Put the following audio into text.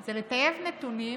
הוא לטייב נתונים